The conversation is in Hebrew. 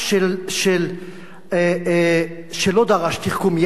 שלא דרש תחכום יתר.